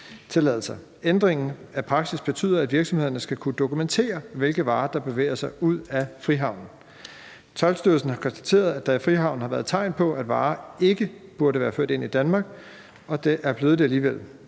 Ændringen af praksis betyder, at virksomhederne skal kunne dokumentere, hvilke varer der bevæger sig ud af Frihavnen. Toldstyrelsen har konstateret, at der i Frihavnen har været tegn på, at varer ikke burde være ført ind i Danmark, og at de er blevet det alligevel.